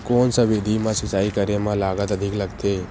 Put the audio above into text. कोन सा विधि म सिंचाई करे म लागत अधिक लगथे?